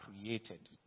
created